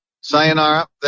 Sayonara